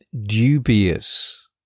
dubious